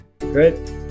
great